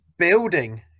building